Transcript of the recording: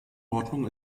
ordnung